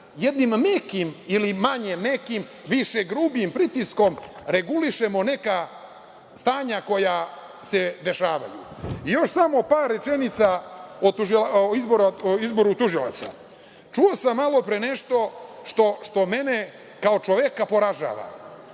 jednim mekim, ili manje mekim, više grubim pritiskom regulišemo neka stanja koja se dešavaju. Još samo par rečenica o izboru tužilaca. Čuo sam malopre nešto što mene kao čoveka poražava.